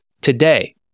today